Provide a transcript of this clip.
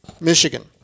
Michigan